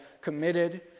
committed